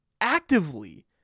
actively